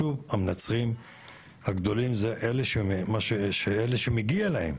שוב, המנצחים הגדולים הם אלו שמגיע להם